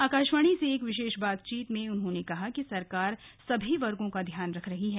आकाशवाणी से एक विशेष बातचीत में उन्होंने कहा कि सरकार सभी वर्गों का ध्यान रख रही है